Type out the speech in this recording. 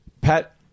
Pat